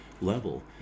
level